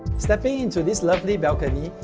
stepping into this lovely balcony,